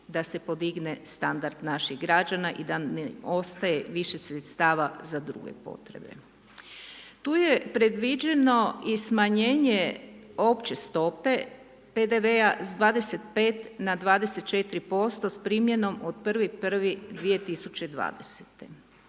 da se podigne standard naših građana i da ne ostaje više sredstava za druge potrebe. Tu je predviđeno i smanjenje opće stope PDV-a s 25 na 24 posto s primjenom od 1.1.2020.